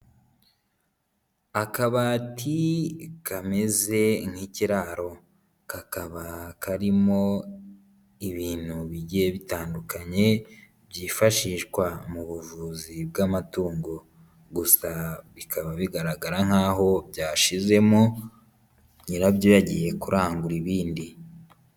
Akabati kameze nk'ikiraro, kakaba karimo ibintu bigiye bitandukanye byifashishwa mu buvuzi bw'amatungo, gusa bikaba bigaragara nk'aho byashizemo nyirabyo yagiye kurangura ibindi.